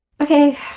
Okay